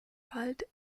wald